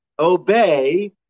Obey